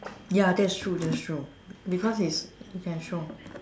ya that's true that's true because is